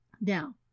Now